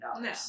No